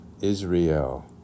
Israel